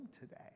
today